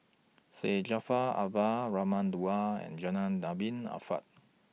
Syed Jaafar Albar Raman Daud and Zainal Abidin Ahmad